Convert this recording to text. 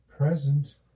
present